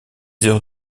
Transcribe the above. heures